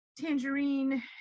tangerine